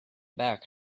back